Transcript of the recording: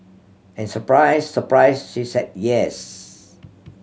and surprise surprise she said yes